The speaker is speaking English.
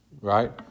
right